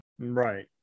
Right